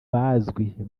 bazwi